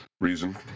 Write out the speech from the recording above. reason